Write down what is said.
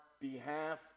behalf